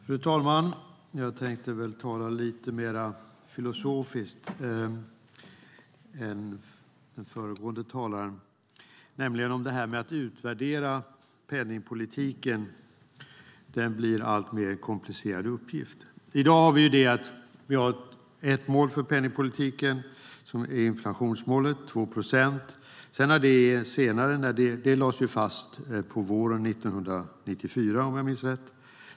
Fru talman! Jag tänkte tala lite mer filosofiskt än den föregående talaren. Att utvärdera penningpolitiken blir en alltmer komplicerad uppgift. I dag har vi ett mål för penningpolitiken, nämligen inflationsmålet 2 procent. Det lades fast på våren 1994, om jag minns rätt.